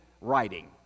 writing